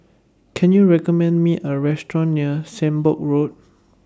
Can YOU recommend Me A Restaurant near Sembong Road